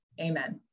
amen